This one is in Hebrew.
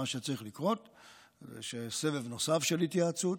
מה שצריך לקרות זה סבב נוסף של התייעצות,